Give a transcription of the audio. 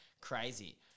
Crazy